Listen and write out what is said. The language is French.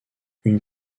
une